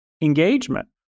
engagement